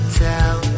tell